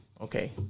Okay